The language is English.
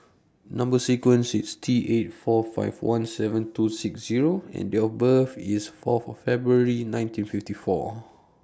Number sequence IS T eight four five one seven two six Zero and Date of birth IS Fourth of February nineteen fifty four